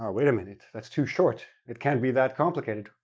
um wait a minute. that's too short. it can't be that complicated.